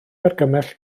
argymell